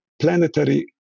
planetary